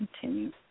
continue